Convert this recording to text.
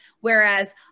Whereas